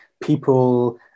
people